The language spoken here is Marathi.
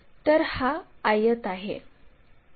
तर हा आयत आहे